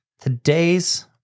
Today's